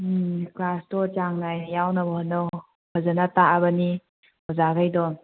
ꯀ꯭ꯂꯥꯁꯇꯣ ꯆꯥꯡ ꯅꯥꯏꯅ ꯌꯥꯎꯅꯕ ꯍꯣꯠꯅꯧ ꯐꯖꯅ ꯇꯥꯛꯑꯕꯅꯤ ꯑꯣꯖꯥꯈꯩꯗꯣ